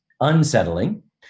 unsettling